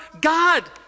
God